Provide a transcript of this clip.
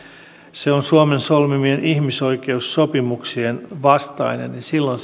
se on suomen solmimien ihmisoikeussopimuksien vastainen niin silloin